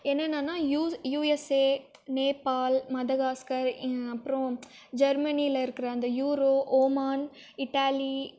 என்னென்னனால் US USA Nepal Madagascar அப்றம் ஜெர்மனியில் இருக்கிற இந்த யூரோ ஓமான் இட்டாலி